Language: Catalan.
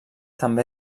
també